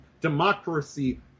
democracy